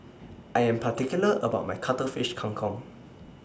I Am particular about My Cuttlefish Kang Kong